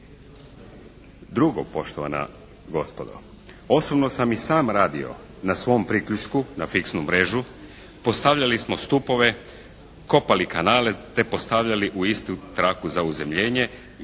Drugo poštovana gospodo osobno sam i sam radio na svom priključku na fiksnu mrežu. Postavljali smo stupove, kopali kanale te postavljati u istu traku za uzemljenje